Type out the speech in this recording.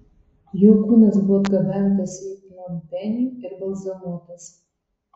jo kūnas buvo atgabentas į pnompenį ir balzamuotas